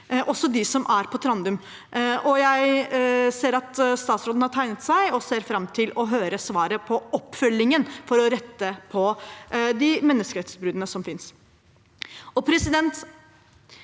også dem som er på Trandum. Jeg ser at statsråden har tegnet seg og ser fram til å høre svaret på oppfølgingen for å rette på de menneskerettsbruddene som finnes.